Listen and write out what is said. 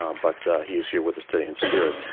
um but he is here with us today in spirit.